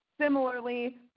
similarly